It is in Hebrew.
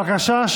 בבקשה.